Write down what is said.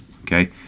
okay